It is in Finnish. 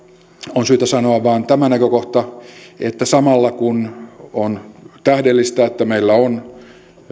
on syytä sanoa vain tämä näkökohta että samalla kun on tähdellistä että kun meillä on